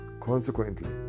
consequently